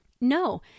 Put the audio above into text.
No